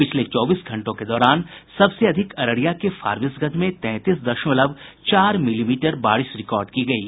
पिछले चौबीस घंटों के दौरान सबसे अधिक अररिया के फारबिसगंज में तैंतीस दशमलव चार मिलीमीटर बारिश रिकॉर्ड की गयी